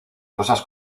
cosas